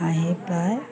আহি পাই